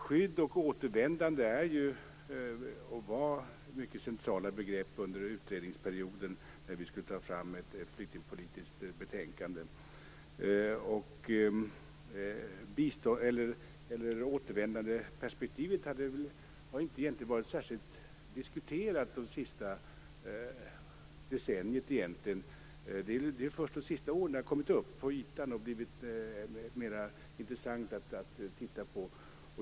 Skydd och återvändande var mycket centrala begrepp under utredningsperioden när vi skulle ta fram ett flyktingpolitiskt betänkande. Återvändandeperspektivet har egentligen inte diskuterats särskilt mycket det senaste decenniet, utan det är först de senaste åren som det har kommit upp på ytan och blivit mer intressant att titta på.